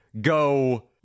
go